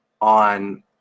on